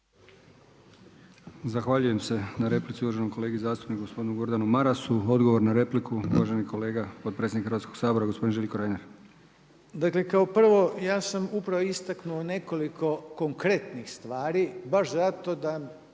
Zahvaljujem se na replici uvaženom kolegi zastupniku gospodinu Gordanu Marasu. Odgovor na repliku uvaženi kolega potpredsjednik Hrvatskog sabora gospodin Željko Reiner. **Reiner, Željko (HDZ)** Dakle kao prvo ja sam upravo istaknuo nekoliko konkretnih stvari baš zato da